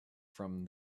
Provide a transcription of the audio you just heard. from